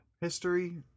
History